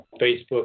Facebook